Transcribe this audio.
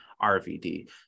RVD